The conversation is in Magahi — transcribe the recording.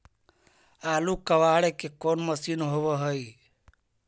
आलू कबाड़े के कोन मशिन होब है?